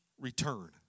return